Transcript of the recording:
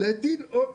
להטיל עוד?